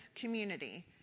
community